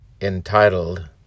entitled